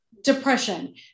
depression